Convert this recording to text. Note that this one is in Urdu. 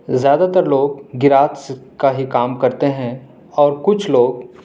زیادہ تر لوگ گیراجز کا ہی کام کرتے ہیں اور کچھ لوگ